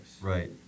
Right